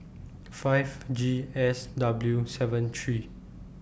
five G S W seven three